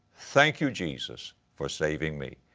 thank you, jesus for saving me.